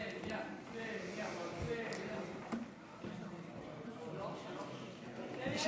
קסניה, קסניה, קסניה, איך לא שלחת סרטון.